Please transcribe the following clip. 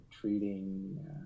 treating